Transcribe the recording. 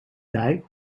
dijk